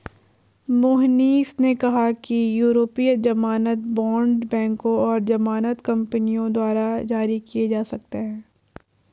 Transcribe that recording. मोहनीश ने कहा कि यूरोपीय ज़मानत बॉण्ड बैंकों और ज़मानत कंपनियों द्वारा जारी किए जा सकते हैं